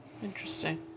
Interesting